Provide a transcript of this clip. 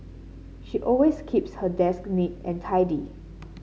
she always keeps her desk neat and tidy